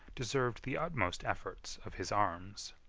deserved the utmost efforts of his arms.